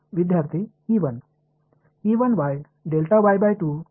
विद्यार्थीः E1